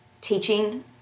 teaching